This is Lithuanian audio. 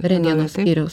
rentgeno skyriaus